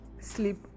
Sleep